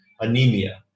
anemia